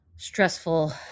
stressful